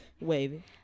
Wavy